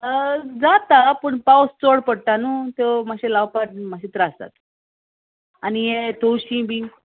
जाता पूण पावस चड पडटा न्हू त्यो मातशें लावपाक मात्शें त्रास जाता आनी हें तवशीं बी